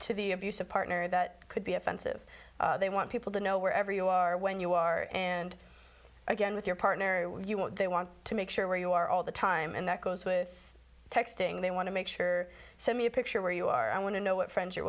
be abusive partner that could be offensive they want people to know wherever you are when you are and again with your partner you want they want to make sure where you are all the time and that goes with texting they want to make sure so me a picture where you are i want to know what friends you're